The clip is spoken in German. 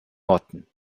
motten